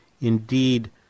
indeed